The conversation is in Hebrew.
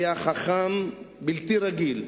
הוא היה חכם בלתי רגיל,